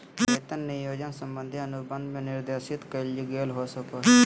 वेतन नियोजन संबंधी अनुबंध में निर्देशित कइल गेल हो सको हइ